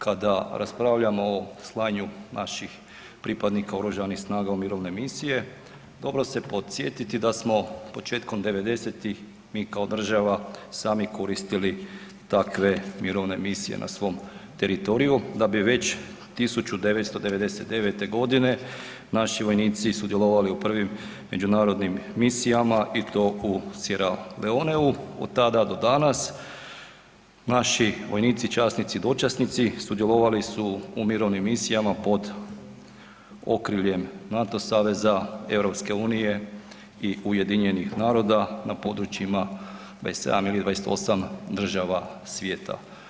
Kada raspravljamo o slanju naših pripadnika oružanih snaga u mirovine misije dobro se je podsjetiti da smo početkom devedesetih mi kao država sami koristili takve mirovne misije na svom teritoriju, da bi već 1999. godine naši vojnici sudjelovali u prvim međunarodnim misijama i to u Sierra Leoneu, od tada do danas naši vojnici, časnici i dočasnici sudjelovali su u mirovnim misijama pod okriljem NATO saveza, EU i UN-a na područjima 27 ili 28 država svijeta.